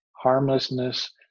harmlessness